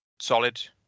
solid